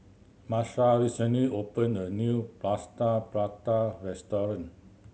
Marsha recently opened a new Plaster Prata restaurant